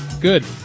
Good